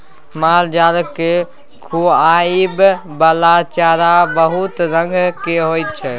मालजाल केँ खुआबइ बला चारा बहुत रंग केर होइ छै